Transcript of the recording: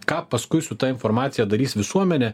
ką paskui su ta informacija darys visuomenė